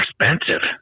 expensive